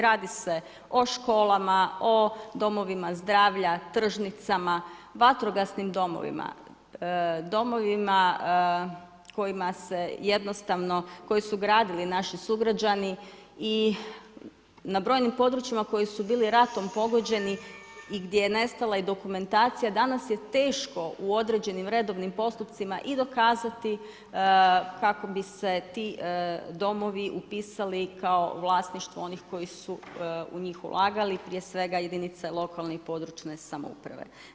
Radi se o školama, o domovima zdravlja, tržnicama, vatrogasnim domovima, domovima kojima se jednostavno, koje su gradili naši sugrađani i na brojnim područjima koja su bila ratom pogođeni i gdje je nestala dokumentacija danas je teško u određenim redovnim postupcima i dokazati kako bi se ti domovi upisali kao vlasništvo onih koji u njih ulagali, prije svega jedinice lokalne i područne samouprave.